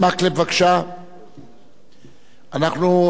אני רק מודיע לחברי הכנסת שהצעת החוק